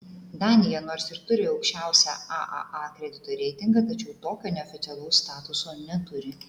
danija nors ir turi aukščiausią aaa kredito reitingą tačiau tokio neoficialaus statuso neturi